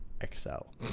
Excel